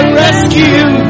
rescue